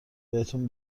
بهتون